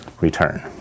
return